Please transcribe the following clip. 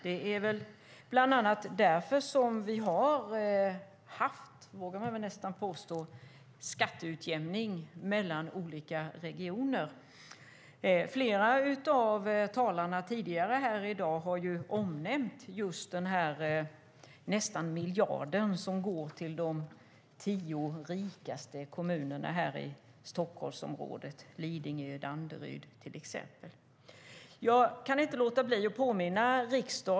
Det är väl bland annat därför vi har haft - det vågar jag nästan påstå - skatteutjämning mellan olika regioner. Flera av talarna tidigare här i dag har omnämnt den nästan 1 miljard som går till de tio rikaste kommunerna här i Stockholmsområdet - Lidingö och Danderyd till exempel.